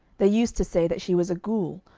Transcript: they used to say that she was a ghoul,